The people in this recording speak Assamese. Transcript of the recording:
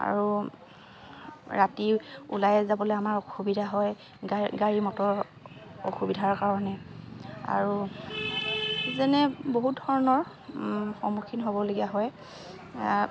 আৰু ৰাতি ওলাই যাবলৈ আমাৰ অসুবিধা হয় গাড়ী মটৰ অসুবিধাৰ কাৰণে আৰু যেনে বহুত ধৰণৰ সন্মুখীন হ'বলগীয়া হয়